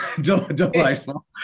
delightful